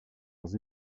leurs